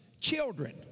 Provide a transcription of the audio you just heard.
children